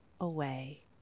away